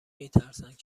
میترسند